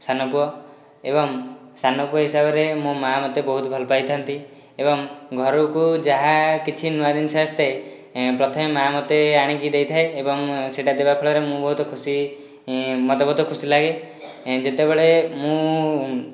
ସାନପୁଅ ଏବଂ ସାନପୁଅ ହିସାବରେ ମୋ ମାଆ ମୋତେ ବହୁତ ଭଲପାଇଥାନ୍ତି ଏବଂ ଘରକୁ ଯାହା କିଛି ନୂଆ ଜିନିଷ ଆସିଥାଏ ପ୍ରଥମେ ମାଆ ମୋତେ ଆଣିକି ଦେଇଥାଏ ଏବଂ ସେଇଟା ଦେବା ଫଳରେ ମୁଁ ବହୁତ ଖୁସି ମତେ ବହୁତ ଖୁସି ଲାଗେ ଯେତେବେଳେ ମୁଁ